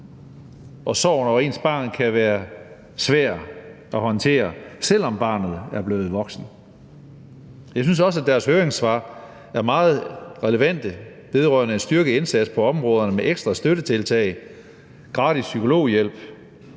og sorgen over ens barn kan være svær at håndtere, selv om barnet er blevet voksen. Jeg synes også, at deres høringssvar er meget relevante vedrørende en styrket indsats på områderne med ekstra støttetiltag, gratis psykologhjælp,